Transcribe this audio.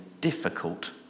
difficult